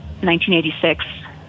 1986